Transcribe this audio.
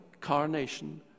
carnation